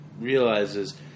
realizes